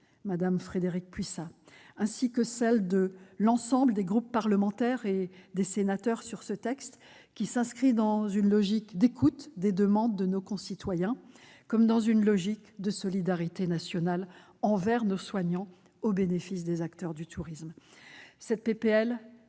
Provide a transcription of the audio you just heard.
Frédérique Puissat, et de l'ensemble des groupes parlementaires et des sénateurs sur ce texte, qui s'inscrit dans une logique d'écoute des demandes de nos concitoyens et de solidarité nationale envers nos soignants au bénéfice des acteurs du tourisme.